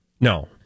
No